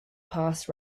past